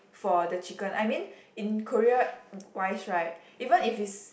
for the chicken I mean in Korea wise right even if is